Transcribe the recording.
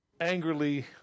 angrily